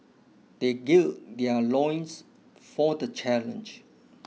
they gird their loins for the challenge